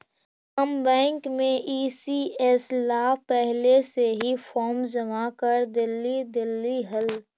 हम बैंक में ई.सी.एस ला पहले से ही फॉर्म जमा कर डेली देली हल